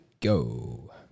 go